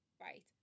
right